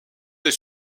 des